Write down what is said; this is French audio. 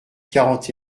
quarante